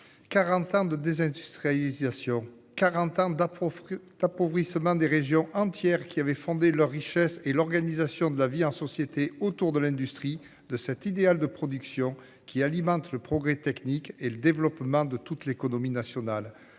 années de désindustrialisation et d'appauvrissement de régions entières, dont la richesse et l'organisation de la vie en société s'articulaient autour de l'industrie- cet idéal de production qui alimente le progrès technique et le développement de toute l'économie nationale.